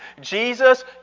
Jesus